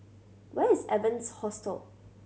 where is Evans Hostel